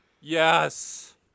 Yes